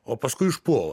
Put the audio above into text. o paskui užpuola